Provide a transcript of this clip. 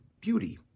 beauty